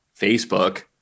Facebook